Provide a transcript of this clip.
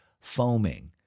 foaming